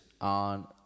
on